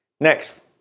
Next